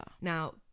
Now